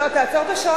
תעצור את השעון.